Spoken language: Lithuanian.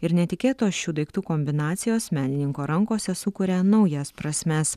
ir netikėtos šių daiktų kombinacijos menininko rankose sukuria naujas prasmes